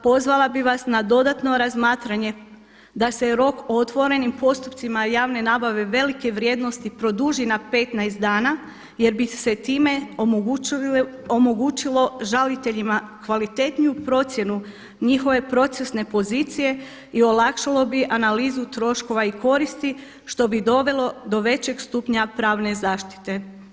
Pozvala bih vas na dodatno razmatranje da se rok o otvorenim postupcima javne nabave velike vrijednosti produži na 15 dana jer bi se time omogućilo žaliteljima kvalitetniju procjenu njihove procesne pozicije i olakšalo bi analizu troškova i koristi što bi dovelo do većeg stupnja pravne zaštite.